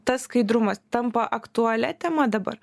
tas skaidrumas tampa aktualia tema dabar